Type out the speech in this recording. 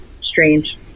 strange